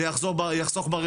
זה יחסוך ברווחה.